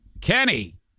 Kenny